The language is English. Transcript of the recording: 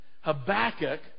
Habakkuk